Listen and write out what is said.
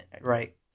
Right